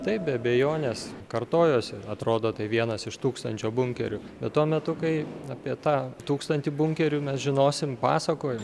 taip be abejonės kartojosi atrodo tai vienas iš tūkstančio bunkerių bet tuo metu kai apie tą tūkstantį bunkerių mes žinosim pasakoj